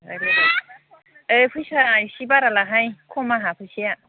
ओइ जाबाय ओइ फैसा एसे बारा लाहाय खम आंहा फैसाया